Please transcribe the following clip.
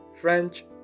French